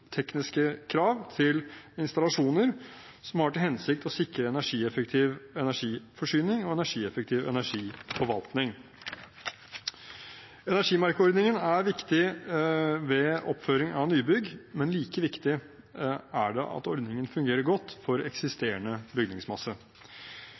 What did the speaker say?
tekniske krav til installasjoner, som har til hensikt å sikre energieffektiv energiforsyning og energieffektiv energiforvaltning. Energimerkeordningen er viktig ved oppføring av nybygg, men like viktig er det at ordningen fungerer godt for eksisterende bygningsmasse.